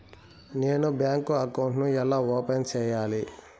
నేను bank account ను ఎలా ఓపెన్ సేయాలి?